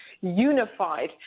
unified